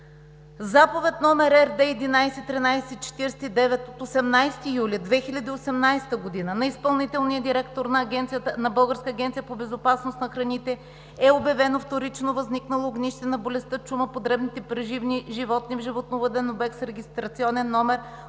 Заповед № РД 11-1349 от 18 юли 2018 г. на изпълнителния директор на Българска агенция по безопасност на храните е обявено вторично възникнало огнище на болестта чума по дребните преживни животни в животновъден обект, с регистрационен №